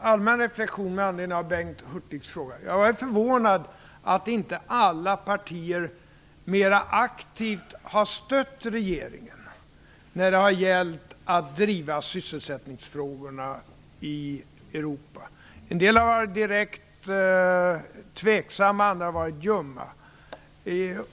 allmän reflexion med anledning av Bengt Hurtigs fråga. Jag är förvånad över att inte alla partier mer aktivt har stött regeringen när det har gällt att driva sysselsättningsfrågorna i Europa. En del har varit direkt tveksamma, andra har varit ljumma.